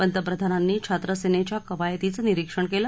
पंतप्रधानांनी छात्रसेनेच्या कवायतीचं निरीक्षण केलं